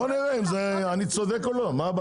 בואו נראה אם אני צודק או לא.